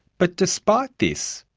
but despite this,